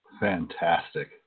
Fantastic